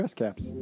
caps